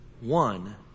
one